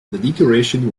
decoration